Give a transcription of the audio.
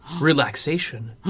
Relaxation